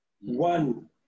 one